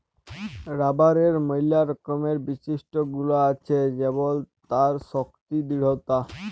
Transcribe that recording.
রাবারের ম্যালা রকমের বিশিষ্ট গুল আছে যেমল তার শক্তি দৃঢ়তা